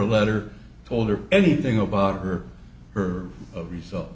a letter told her anything about her or of result